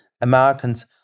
Americans